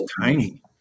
tiny